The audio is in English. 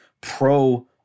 pro